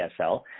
DSL